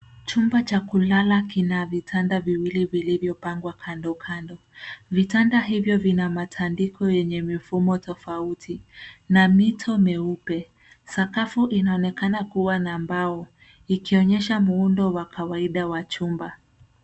Chumba cha kulala kina vitanda viwili vilivyopangwa kando kando. Vitanda hivyo vina matandiko yenye mifumo tofauti na mito myeupe. Sakafu inaonekana kuwa na mbao ikionyesha muundo wa kawaida wa chumba.